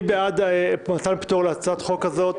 מי בעד מתן פטור להצעת החוק הזאת?